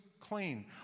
clean